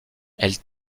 elle